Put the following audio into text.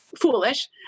foolish